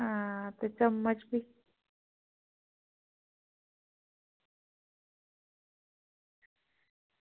हां ते चम्मच बी